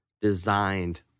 designed